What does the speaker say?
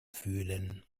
fühlen